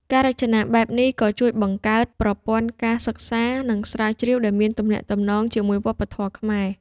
ការរចនាបែបនេះក៏ជួយបង្កើតប្រព័ន្ធការសិក្សា និងស្រាវជ្រាវដែលមានទំនាក់ទំនងជាមួយវប្បធម៌ខ្មែរ